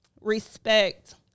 respect